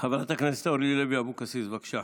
חברת הכנסת אורלי לוי אבקסיס, בבקשה.